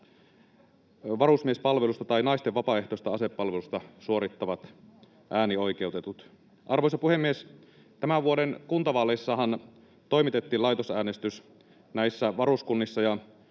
varusmiespalvelusta tai naisten vapaaehtoista asepalvelusta suorittavat äänioikeutetut. Arvoisa puhemies! Tämän vuoden kuntavaaleissahan toimitettiin laitosäänestys näissä varuskunnissa ja